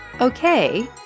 okay